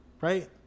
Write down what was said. Right